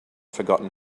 forgotten